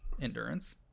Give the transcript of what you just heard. endurance